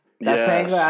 Yes